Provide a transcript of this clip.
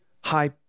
high